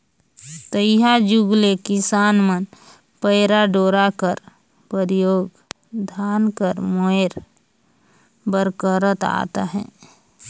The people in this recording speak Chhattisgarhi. तइहा जुग ले किसान मन पैरा डोरा कर परियोग धान कर मोएर बर करत आत अहे